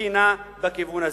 כנה בכיוון הזה.